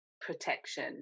protection